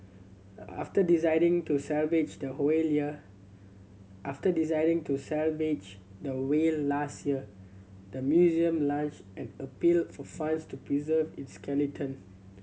after deciding to salvage the after deciding to salvage the whale last year the museum launch an appeal for funds to preserve its skeleton